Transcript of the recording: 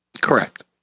Correct